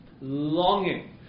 longing